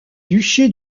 duché